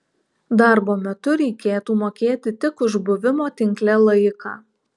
darbo metu reikėtų mokėti tik už buvimo tinkle laiką